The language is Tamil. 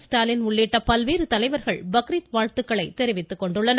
ஸ்டாலின் உள்ளிட்ட பல்வேறு தலைவர்கள் பக்ரீத் வாழ்த்துக்களை தெரிவித்துக் கொண்டுள்ளனர்